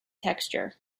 texture